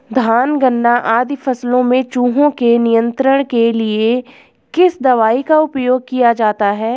धान गन्ना आदि फसलों में चूहों के नियंत्रण के लिए किस दवाई का उपयोग किया जाता है?